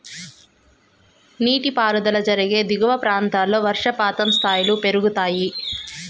నీటిపారుదల జరిగే దిగువ ప్రాంతాల్లో వర్షపాతం స్థాయిలు పెరుగుతాయి